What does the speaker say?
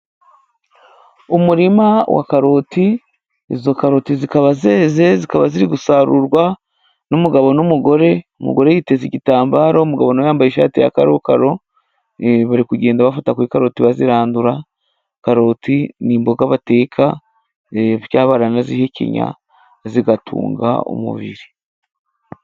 Umurima wa karoti, izo karoti zikaba zeze, zikaba ziri gusarurwa n'umugabo n'umugore, umugore yiteze igitambaro, umugabo nawe yambaye ishati ya karokaro bari kugenda bafata kuri karoti bazirandura, karoti ni imboga bateka, cyangwa baranazihekenya, zigatunga umubiri.